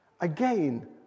Again